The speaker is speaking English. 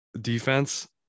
defense